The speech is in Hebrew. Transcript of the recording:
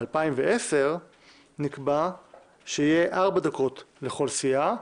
ב-2010 נקבע שיהיו ארבע דקות לכל סיעה,